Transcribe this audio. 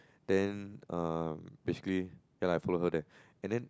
then um basically ya lah I follow her there and then